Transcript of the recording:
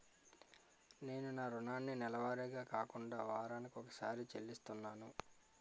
నేను నా రుణాన్ని నెలవారీగా కాకుండా వారాని కొక్కసారి చెల్లిస్తున్నాను